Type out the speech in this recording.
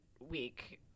week